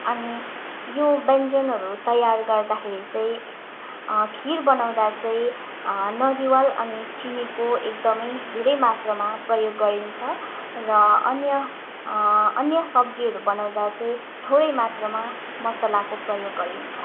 अनि यो व्यञ्जनहरू तयार गर्दाखेरि चाहिँ खिर बनाउँदा चाहिँ नरिवल अनि चिनीको एकदमै धेरै मात्रामा प्रयोग गरिन्छ र अन्य अन्य सब्जीहरू बनाउँदा चाहिँ थोरै मात्रामा मसालाको प्रयोग गरिन्छ